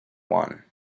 one